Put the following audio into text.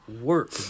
work